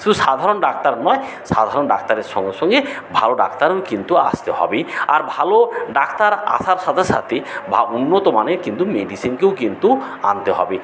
শুধু সাধারণ ডাক্তার নয় সাধারণ ডাক্তারের সঙ্গে সঙ্গে ভালো ডাক্তারও কিন্তু আসতে হবে আর ভালো ডাক্তার আসার সাথে সাথে ভা উন্নতমানের কিন্তু মেডিসিনকেও কিন্তু আনতে হবে